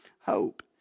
hope